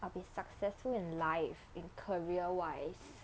I'll be successful in life in career wise